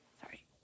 sorry